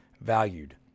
valued